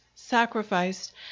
sacrificed